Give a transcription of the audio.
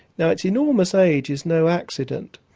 now its enormous age is no accident.